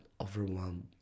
overwhelmed